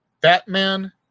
Batman